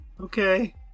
Okay